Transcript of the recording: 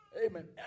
Amen